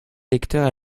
lecteur